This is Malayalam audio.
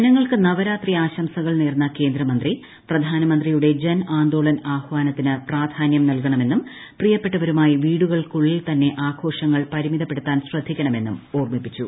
ജനങ്ങൾക്ക് നവരാത്രി ആശംസകൾ നേർന്ന കേന്ദ്ര മന്ത്രി പ്രധാനമന്ത്രിയുടെ ജൻ ആന്തോളൻ ആഹ്വാനത്തിന് പ്രാധാനൃം നൽകണമെന്നും പ്രിയപ്പെട്ടവരുമായി വീടുകൾക്കുള്ളിൽ തന്നെ ആഘോഷങ്ങൾ പരിമിതപ്പെടുത്താൻ ശ്രദ്ധിക്കണമെന്നും ഓർമിപ്പിച്ചു